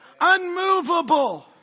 Unmovable